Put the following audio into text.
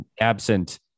absent